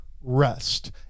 rest